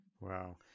Wow